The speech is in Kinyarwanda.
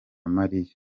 maria